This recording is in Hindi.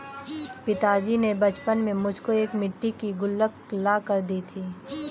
पिताजी ने बचपन में मुझको एक मिट्टी की गुल्लक ला कर दी थी